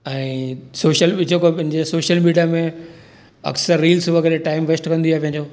ऐं सोशल बि जेको पंहिंजे सोशल मीडिया में अक्सरि रील्स वग़ैरह में टाइम वेस्ट कंदी आहे पंहिंजो